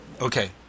Okay